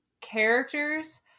characters